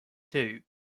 two